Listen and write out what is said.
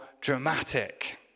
dramatic